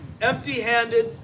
empty-handed